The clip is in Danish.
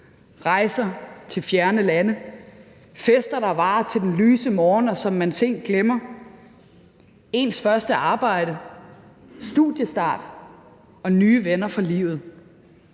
rejser til fjerne lande, fester, der varer til den lyse morgen, og som man sent glemmer, ens første arbejde, studiestart og nye venner for livet.